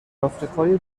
آفریقای